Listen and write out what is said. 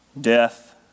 death